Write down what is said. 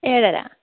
ഏഴര